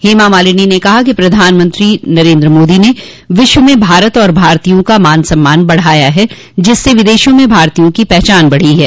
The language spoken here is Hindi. हेमा मालिनी ने कहा कि प्रधानमंत्री मोदी ने विश्व में भारत और भारतीयों का मान सम्मान बढ़ाया जिससे विदेशों में भारतीयों की पहचान बढ़ी है